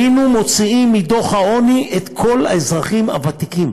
היינו מוציאים מדוח העוני את כל האזרחים הוותיקים.